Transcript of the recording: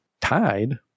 tied